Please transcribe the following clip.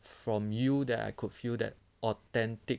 from you that I could feel that authentic